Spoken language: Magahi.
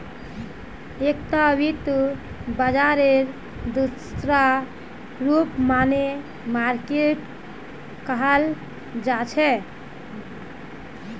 एकता वित्त बाजारेर दूसरा रूप मनी मार्किट कहाल जाहा